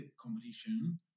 competition